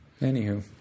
Anywho